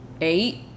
eight